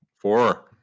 four